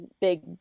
big